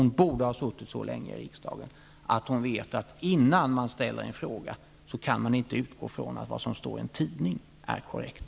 Hon har suttit så länge i riksdagen att hon borde veta att man när man framställer en fråga inte kan utgå från att vad som står i en tidning är korrekt.